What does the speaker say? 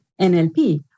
NLP